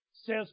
says